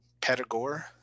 Pedagore